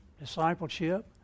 discipleship